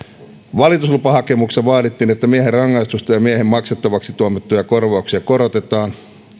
valituslupahakemuksessa vaadittiin että miehen rangaistusta ja miehen maksettavaksi tuomittuja korvauksia korotetaan